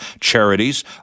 Charities